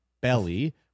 belly